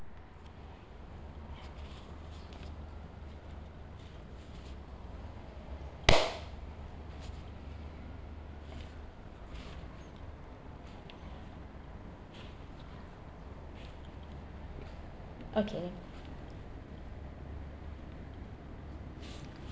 okay